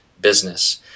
business